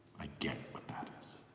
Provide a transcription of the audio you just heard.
i get what that is.